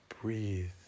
breathe